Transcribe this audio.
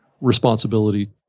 responsibility